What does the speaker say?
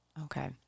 Okay